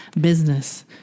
business